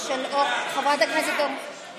חבר הכנסת סעיד אלחרומי?